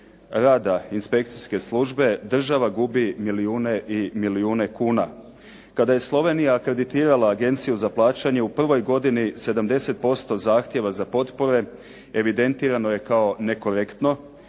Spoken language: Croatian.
rada inspekcijske službe država gubi milijune i milijune kuna. Kada je Slovenija akreditirala agenciju za plaćanje u prvoj godini 70% zahtjeva za potpore, evidentirano je kao nekorektno,